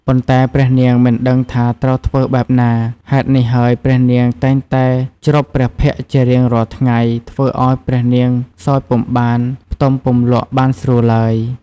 ប៉ុន្តែព្រះនាងមិនដឹងថាត្រូវធ្វើបែបណា ហេតុនេះហើយព្រះនាងតែងតែជ្រប់ព្រះភ័ក្រជារាងរាល់ថ្ងៃធ្វើឲ្យព្រះនាងសោយពុំបាន ផ្ទំពុំលក់បានស្រួលឡើយ។